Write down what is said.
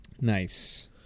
Nice